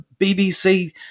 BBC